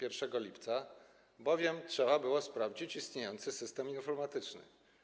1 lipca, bowiem trzeba było sprawdzić istniejący system informatyczny.